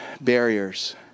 barriers